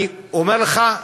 אני אומר לך,